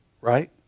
right